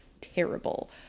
terrible